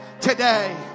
today